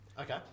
Okay